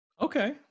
Okay